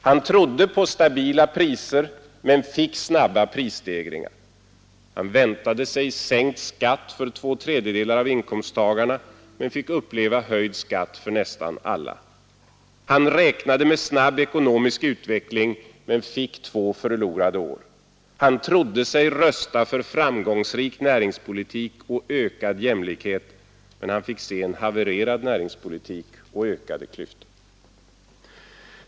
Han trodde på stabila priser men fick snabba prisstegringar. Han väntade sig sänkt skatt för två tredjedelar av inkomsttagarna men fick uppleva höjd skatt för men fick två förlorade år. Han trodde sig rösta för framgångsrik tan alla. Han räknade med snabb ekonomisk utveckling näringspolitik och ökad jämlikhet men har fått en havererad näringspolitik och ökade klyftor.